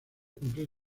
cumplir